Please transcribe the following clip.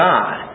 God